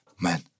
Man